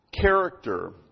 character